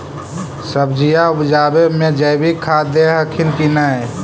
सब्जिया उपजाबे मे जैवीक खाद दे हखिन की नैय?